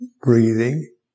breathing